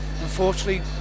unfortunately